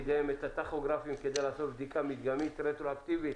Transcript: הטכוגרפים כדי לעשות בדיקה מדגמית רטרואקטיבית,